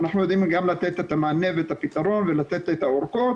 אנחנו יודעים גם לתת את המענה ואת הפתרון ולתת את האורכות